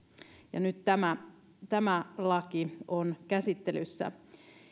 ja nyt tämä tämä laki on käsittelyssä